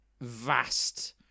vast